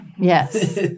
Yes